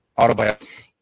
autobiography